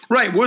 Right